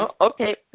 okay